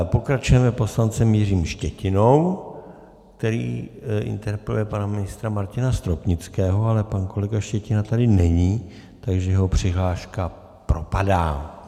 Pokračujeme poslancem Jiřím Štětinou, který interpeluje pana ministra Martina Stropnického, ale pan kolega Štětina tady není, takže jeho přihláška propadá.